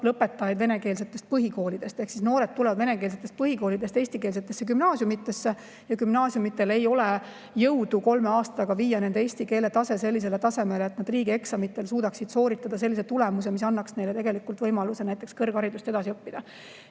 lõpetajaid venekeelsetest põhikoolidest. Ehk noored tulevad venekeelsetest põhikoolidest eestikeelsetesse gümnaasiumidesse ja gümnaasiumidel ei ole jõudu kolme aastaga viia nende eesti keele [oskus] sellisele tasemele, et nad riigieksamid suudaksid sooritada sellise tulemusega, mis annaks neile võimaluse näiteks [edaspidi]